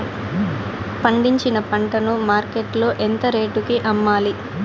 పండించిన పంట ను మార్కెట్ లో ఎంత రేటుకి అమ్మాలి?